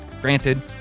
Granted